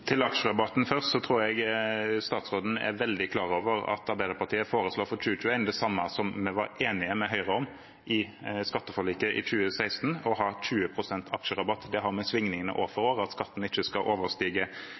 aksjerabatten først: Jeg tror statsråden er veldig klar over at Arbeiderpartiet foreslår det samme for 2021 som vi var enige med Høyre om i skatteforliket i 2016: å ha 20 pst. aksjerabatt. Det har med svingningene år for år å gjøre, at skatten ikke skal overstige